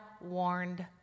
warned